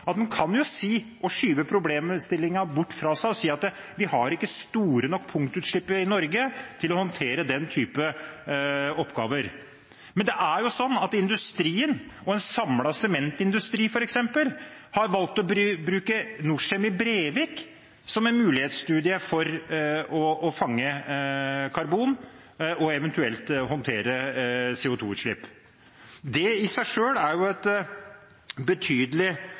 at en kan skyve problemstillingen bort fra seg og si at vi har ikke store nok punktutslipp i Norge til å håndtere den type oppgaver. Men det er jo sånn at industrien, f.eks. en samlet sementindustri, har valgt å bruke Norcem i Brevik som en mulighetsstudie for å fange karbon og eventuelt håndtere CO2-utslipp. Det i seg selv er en betydelig